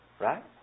Right